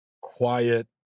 quiet